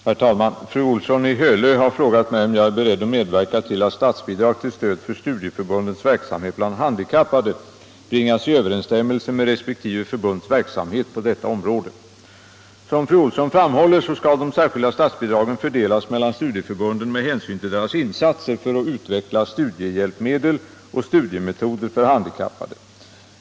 Herr talman! Fru Olsson i Hölö har frågat mig om jag är beredd att medverka till att statsbidrag till stöd för studieförbundens verksamhet bland handikappade bringas i överensstämmelse med resp. förbunds verksamhet på detta område. Som fru Olsson framhåller skall de särskilda statsbidragen fördelas mellan studieförbunden med hänsyn till deras insatser för att utveckla studiehjälpmedel och studiemetoder för handikappade.